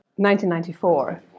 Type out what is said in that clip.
1994